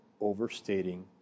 overstating